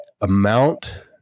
amount